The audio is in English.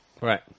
right